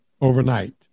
overnight